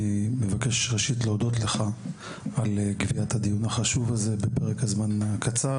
אני מודה לך על קביעת הדיון החשוב הזה בפרק זמן קצר,